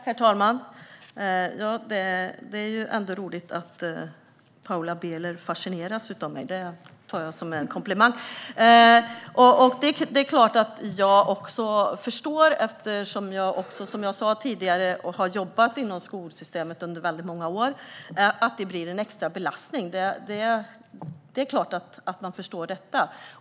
Herr talman! Det är roligt att Paula Bieler fascineras av mig. Det tar jag som en komplimang. Eftersom jag, som jag sa tidigare, har jobbat inom skolsystemet under många år förstår jag ju att det blir en extra belastning. Det är klart att jag förstår det.